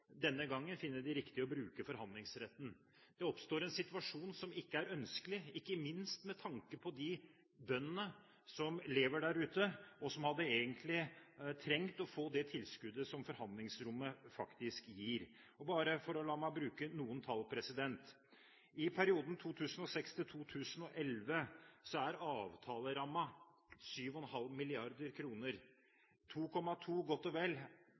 denne gangen ikke har funnet det riktig å bruke forhandlingsretten. Det oppstår en situasjon som ikke er ønskelig, ikke minst med tanke på de bøndene som lever der ute, og som egentlig hadde trengt å få det tilskuddet som forhandlingsrommet faktisk gir. La meg bare bruke noen tall: I perioden 2006–2011 er avtalerammen 7,5 mrd. kr. 2,2 – godt og vel